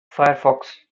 firefox